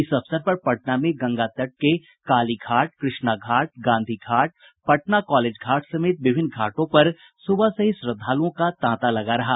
इस अवसर पर पटना में गंगा तट के काली घाट कृष्णा घाट गांधी घाट पटना कॉलेज घाट समेत विभिन्न घाटों पर सुबह से ही श्रद्धालुओं का तांता लगा रहा